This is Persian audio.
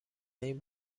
این